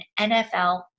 NFL